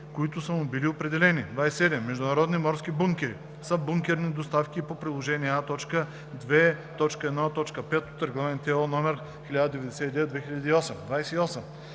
които са му били определени. 27. „Международни морски бункери“ са бункерните доставки по Приложение А, т. 2.1.5 от Регламент (ЕО) № 1099/2008.